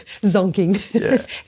zonking